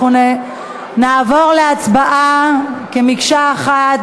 אנחנו נעבור להצבעה כמקשה אחת,